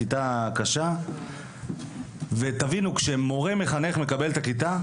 כיתה קשה ותבינו כשמורה מחנך מקבל את הכיתה,